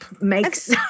makes